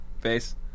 face